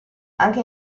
anche